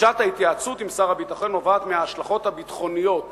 דרישת ההתייעצות עם שר הביטחון נובעת מההשלכות הביטחוניות